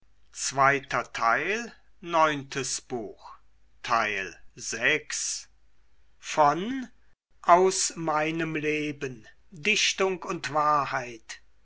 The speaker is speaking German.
goethe aus meinem leben dichtung und wahrheit